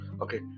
okay